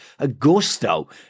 Augusto